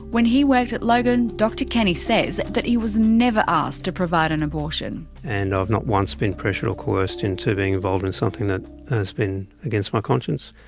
when he worked at logan, dr kenny says that he was never asked to provide an abortion. and i've not once been pressured or coerced into being involved in something that has been against my conscience.